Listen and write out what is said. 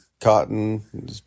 cotton